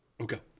Okay